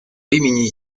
имени